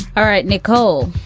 all right, nicole.